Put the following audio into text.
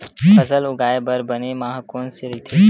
फसल उगाये बर बने माह कोन से राइथे?